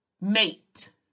mate